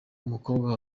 umukobwa